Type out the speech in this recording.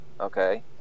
okay